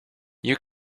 you